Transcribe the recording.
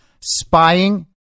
spying